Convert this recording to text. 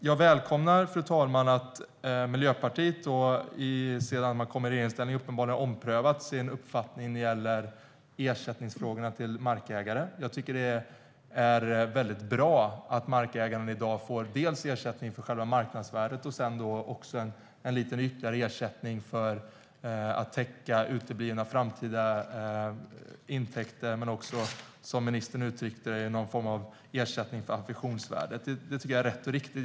Jag välkomnar att Miljöpartiet sedan man kom i regeringsställning uppenbarligen har omprövat sin uppfattning vad gäller ersättning till markägare. Det är bra att markägare får ersättning för marknadsvärdet, för att täcka uteblivna framtida intäkter och, som ministern uttryckte det, för affektionsvärdet. Det är rätt och riktigt.